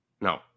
No